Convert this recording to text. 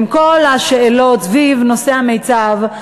עם כל השאלות סביב נושא המיצ"ב,